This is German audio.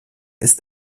ist